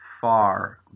far